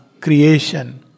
creation